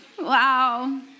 Wow